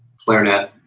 clarinet,